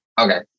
Okay